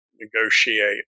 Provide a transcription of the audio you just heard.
negotiate